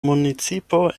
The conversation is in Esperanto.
municipo